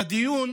בדיון